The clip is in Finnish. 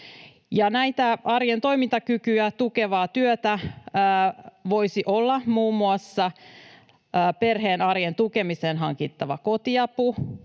arjen toimintakykyä tukevaa työtä voisi olla muun muassa perheen arjen tukemiseen hankittava kotiapu,